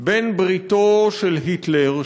בין בריתו של היטלר,